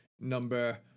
number